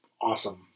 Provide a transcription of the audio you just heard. awesome